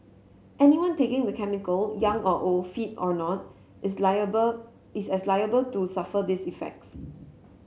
anyone taking the chemical young or old fit or not is liable is as liable to suffer these effects